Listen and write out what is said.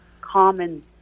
common